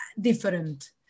different